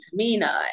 Tamina